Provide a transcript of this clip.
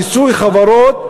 מיסוי חברות,